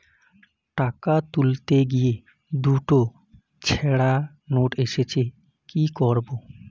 টাকা তুলতে গিয়ে দুটো ছেড়া নোট এসেছে কি করবো?